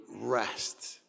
rest